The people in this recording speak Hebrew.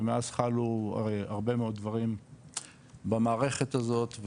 ומאז חלו הרבה מאוד דברים במערכת הזאת,